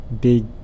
big